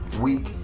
week